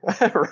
Right